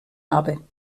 habe